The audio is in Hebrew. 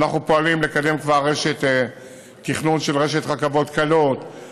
אנחנו כבר פועלים לקדם תכנון של רשת רכבות קלות,